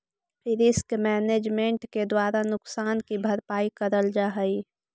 risk management के द्वारा नुकसान की भरपाई करल जा हई